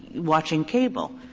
watching cable.